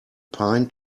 pine